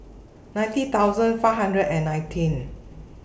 ninety thousand five hundred and nineteen